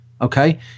okay